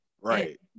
Right